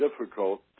difficult